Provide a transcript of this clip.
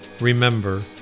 remember